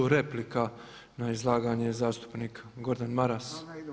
Replika na izlaganje zastupnik Gordan Maras.